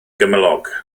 gymylog